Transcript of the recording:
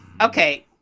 Okay